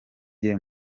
jye